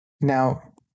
now